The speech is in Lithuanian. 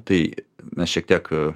tai mes šiek tiek